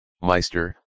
Meister